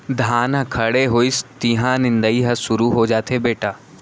धान ह खड़े होइस तिहॉं निंदई ह सुरू हो जाथे बेटा